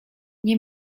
nie